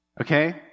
okay